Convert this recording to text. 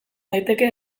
daiteke